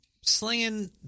slinging